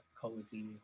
cozy